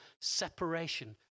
separation